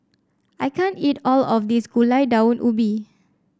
I can't eat all of this Gulai Daun Ubi